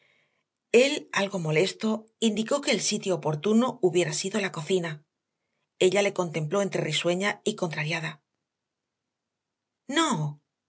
él algo molesto indicó que el sitio oportuno hubiera sido la cocina ella le contempló entre risueña y contrariada no